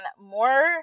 more